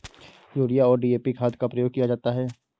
urea और DAP खाद का प्रयोग किया जाता है